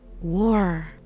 War